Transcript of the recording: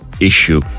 issue